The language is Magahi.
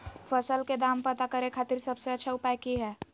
फसल के दाम पता करे खातिर सबसे अच्छा उपाय की हय?